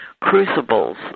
crucibles